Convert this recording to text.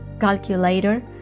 calculator